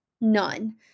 None